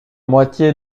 moitié